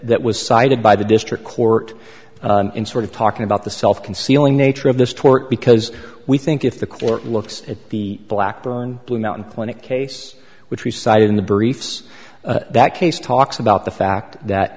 that was cited by the district court in sort of talking about the self concealing nature of this tort because we think if the court looks at the blackburn blue mountain clinic case which we cited in the briefs that case talks about the fact that